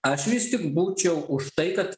aš vis tik būčiau už tai kad